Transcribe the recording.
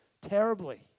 terribly